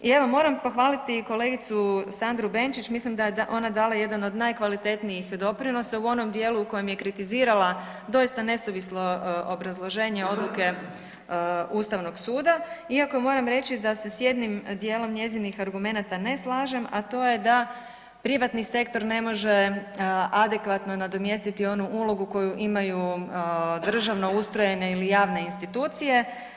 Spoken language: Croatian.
I evo moram pohvaliti i kolegicu Sandru Bančić, mislim da je ona dala jedan od najkvalitetnijih doprinosa u onom dijelu u kojem je kritizirala doista nesuvislo obrazloženje odluke Ustavnog suda iako moram reći da se s jednim dijelom njezinih argumenata ne slažem, a to je da privatni sektor ne može adekvatno nadomjestiti onu ulogu koju imaju državno ustrojene ili javne institucije.